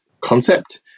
concept